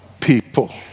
people